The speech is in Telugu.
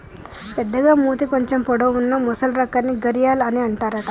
పెద్దగ మూతి కొంచెం పొడవు వున్నా మొసలి రకాన్ని గరియాల్ అని అంటారట